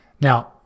Now